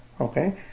okay